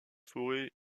forêts